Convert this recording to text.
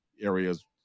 areas